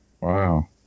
Wow